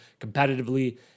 competitively